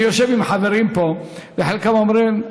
אני יושב עם חברים פה וחלקם אומרים: